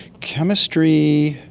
chemistry,